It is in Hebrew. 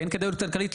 כי אין כדאיות כלכלית,